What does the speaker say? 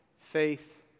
faith